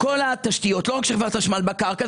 כל התשתיות, לא רק של חברת החשמל, בקרקע.